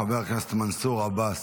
חבר הכנסת מנסור עבאס,